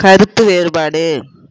கருத்து வேறுபாடு